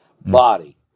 body